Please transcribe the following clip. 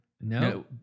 No